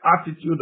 attitude